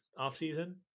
offseason